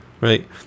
right